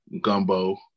gumbo